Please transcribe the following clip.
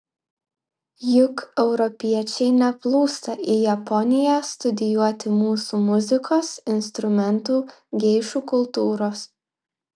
juk europiečiai neplūsta į japoniją studijuoti mūsų muzikos instrumentų geišų kultūros